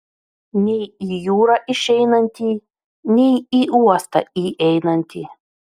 nei į jūrą išeinantį nei į uostą įeinantį